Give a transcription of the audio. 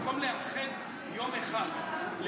במקום לאחד ליום אחד,